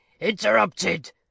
Interrupted